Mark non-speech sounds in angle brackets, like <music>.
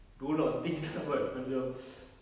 do a lot of things <laughs> lah but macam <noise>